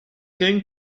going